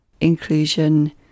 inclusion